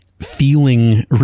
feeling